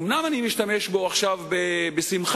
אומנם אני משתמש בו עכשיו בשמחה,